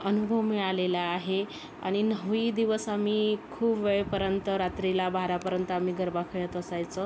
अनुभव मिळालेला आहे आणि नऊही दिवस आम्ही खूप वेळपर्यंत रात्रीला बारापर्यंत आम्ही गरबा खेळत असायचं